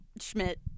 Schmidt